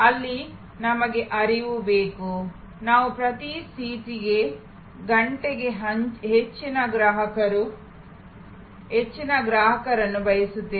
ಅಲ್ಲಿ ನಮಗೆ ಹರಿವು ಬೇಕು ನಾವು ಪ್ರತಿ ಸೀಟಿಗೆ ಗಂಟೆಗೆ ಹೆಚ್ಚಿನ ಗ್ರಾಹಕರನ್ನು ಬಯಸುತ್ತೇವೆ